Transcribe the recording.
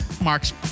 Mark's